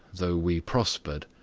though we prospered.